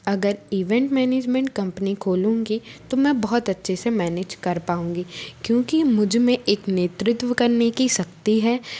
अगर event management company खोलूँगी तो मैं बहुत अच्छे से मैनेज कर पाऊँगी क्योंकि मुझमें एक नेतृत्व करने की शक्ति है